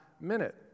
minute